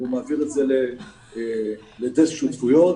מעבירים את זה לדסק שותפויות,